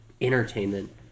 entertainment